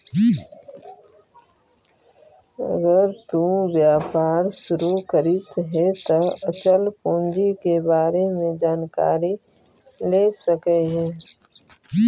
अगर तु व्यापार शुरू करित हे त अचल पूंजी के बारे में जानकारी ले सकऽ हे